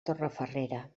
torrefarrera